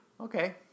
Okay